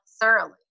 thoroughly